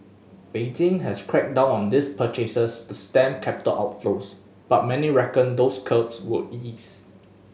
Beijing has cracked down on these purchases to stem capital outflows but many reckon those curbs will ease